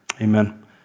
Amen